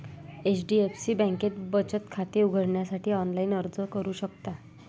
HDFC बँकेत बचत खाते उघडण्यासाठी ऑनलाइन अर्ज करू शकता